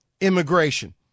immigration